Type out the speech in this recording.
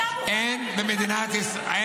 אתה מוכן להגיד שחרדי --- אין במדינת ישראל